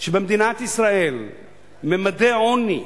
שבמדינת ישראל ממדי העוני,